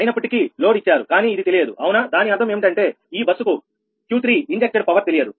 అయినప్పటికీ లోడ్ ఇచ్చారు కానీ ఇది తెలియదు అవునా దాని అర్థం ఏమిటంటే ఈ బస్సు కు Q3 ఇంజెక్ట్ డ్ పవర్ తెలియదు